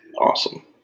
Awesome